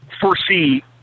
foresee